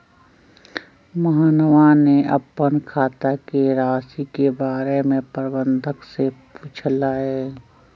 मोहनवा ने अपन खाता के जमा राशि के बारें में प्रबंधक से पूछलय